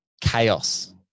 chaos